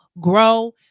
grow